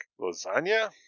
lasagna